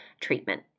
treatment